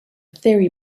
theory